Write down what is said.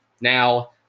Now